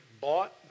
bought